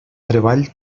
treball